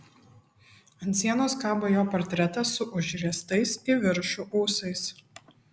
ant sienos kabo jo portretas su užriestais į viršų ūsais